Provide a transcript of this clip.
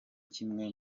kimwe